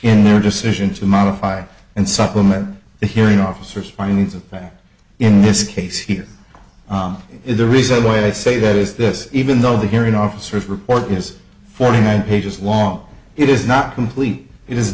in their decision to modify and supplement the hearing officer spines and that in this case here is the reason why i say that is this even though the hearing officer report is forty nine pages long it is not complete i